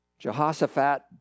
Jehoshaphat